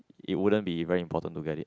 it wouldn't be very important to get it